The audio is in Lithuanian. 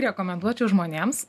rekomenduočiau žmonėms